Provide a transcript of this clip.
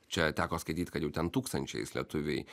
čia teko skaityt kad jau ten tūkstančiais lietuviai